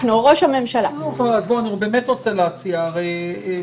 כרגע זה ראש הממשלה או שר שייקבע על ידי הממשלה לעניין הזה.